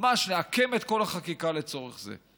ממש נעקם את כל החקיקה לצורך זה.